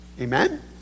Amen